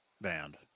band